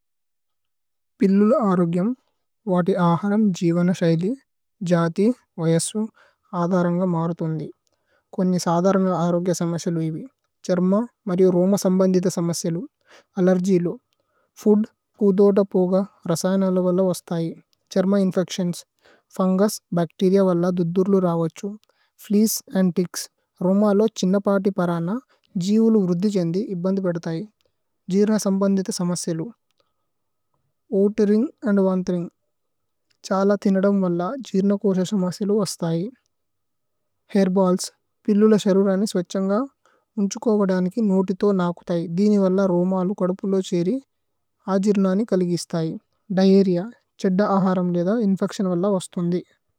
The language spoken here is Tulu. പില്ലരഗിഉമ്, വാദി അഹരമ്, ജിവന് ശൈലി, ജതി, വേയസമ്, അദരന്ഗ മരതന്ദി। സരമ മരിഅമ് രോമ സമബനദിദ സമസിലയമ്, അലരജിലയമ്, ഫുന്ദ്, ഫന്ദോതപോഗ രസയനലവലല വസഥൈ, സര്മ ഇമ്ഫ് പില്ലിയമ്ലനി സരരനി സവഛന്ഗ മന്ഛകോഗനികി നന്തിതോ നകന്തയി, ദിനിവലല രോമലി കദപിലയമ് സ്।